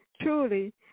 truly